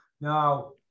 now